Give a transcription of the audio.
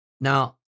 Now